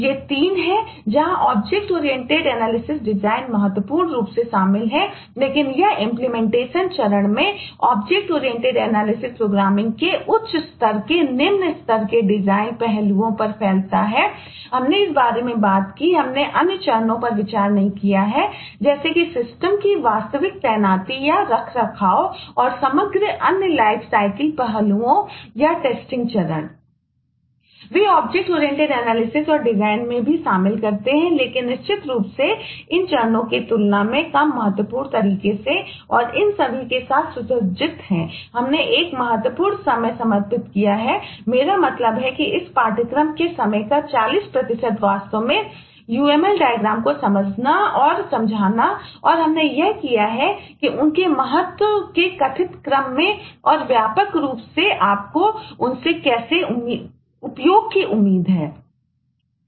वे object oriented analysis और design को समझना और समझाना और हमने यह किया है कि उनके महत्व के कथित क्रम में और व्यापक रूप से आपको उनसे कैसे उपयोग की उम्मीद है